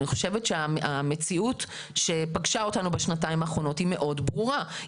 אני חושבת שהמציאות שפגשה אותנו בשנתיים האחרונות היא מאוד ברורה.